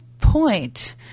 point